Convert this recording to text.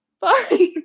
bye